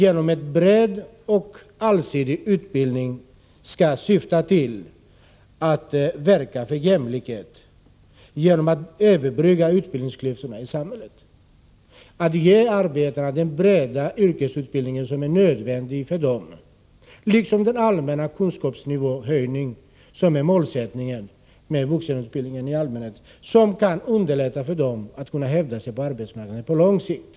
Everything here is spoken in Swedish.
En bred och allsidig utbildning skall syfta till att verka för jämlikhet genom att överbrygga utbildningsklyftorna i samhället och ge arbetarna den breda yrkesutbildning som är nödvändig för dem liksom den allmänna höjning av kunskapsnivån som är målet för vuxenutbildningen i allmänhet och som kan underlätta för dem att hävda sig på arbetsmarknaden på lång sikt.